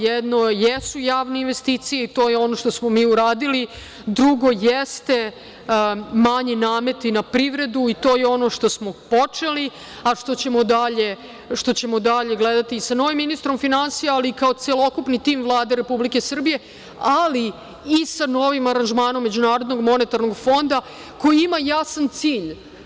Jedno su javne investicije i to je ono što smo uradili, drugo su manji nameti na privredu i to je ono što smo počeli, a što ćemo i dalje gledati sa novim ministrom finansija, ali i kao celokupni tim Vlade Republike Srbije, ali i sa novim aranžmanom MMF koji ima jasan cilj.